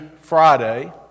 Friday